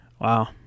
wow